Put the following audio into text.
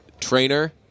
trainer